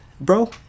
bro